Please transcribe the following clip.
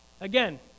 Again